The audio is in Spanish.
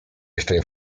esta